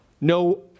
No